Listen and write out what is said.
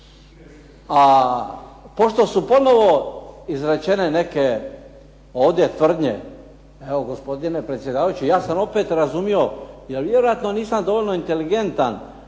A pošto su ponovo izrečene neke ovdje tvrdnje, evo gospodine predsjedavajući ja sam opet razumio, jer vjerojatno nisam dovoljno inteligentan,